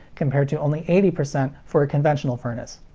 compared to only eighty percent for a conventional furnace.